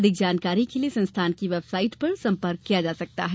अधिक जानकारी के लिये संस्थान की वेबसाइट पर संपर्क किया जा सकता है